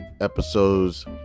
episodes